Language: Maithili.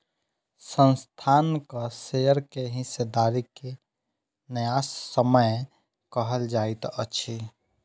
संस्थानक शेयर के हिस्सेदारी के न्यायसम्य कहल जाइत अछि